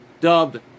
dubbed